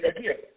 Again